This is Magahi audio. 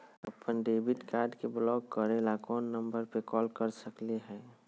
अपन डेबिट कार्ड के ब्लॉक करे ला कौन नंबर पे कॉल कर सकली हई?